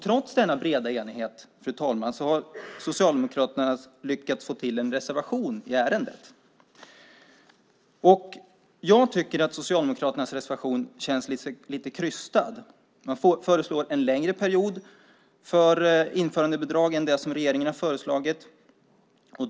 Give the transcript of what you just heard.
Trots denna breda enighet, fru talman, har Socialdemokraterna lyckats få till en reservation i ärendet. Jag tycker att Socialdemokraternas reservation känns lite krystad. Man föreslår en längre period för införandebidrag än vad regeringen har föreslagit.